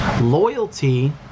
Loyalty